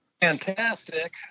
fantastic